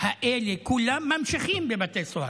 האלה כולם נמשכים בבתי הסוהר.